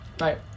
Right